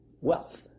wealth